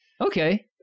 Okay